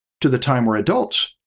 to the time we're adults.